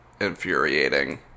infuriating